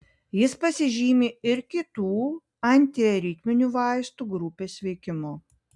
jis pasižymi ir kitų antiaritminių vaistų grupės veikimu